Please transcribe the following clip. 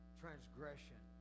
transgression